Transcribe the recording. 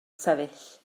sefyll